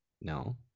no